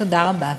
תודה רבה.